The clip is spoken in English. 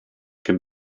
can